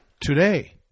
today